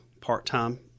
part-time